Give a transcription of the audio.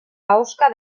ahoska